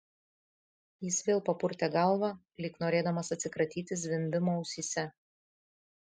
jis vėl papurtė galvą lyg norėdamas atsikratyti zvimbimo ausyse